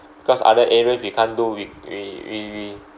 because other areas we can't do we we we we